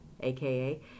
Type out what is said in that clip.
aka